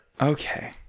Okay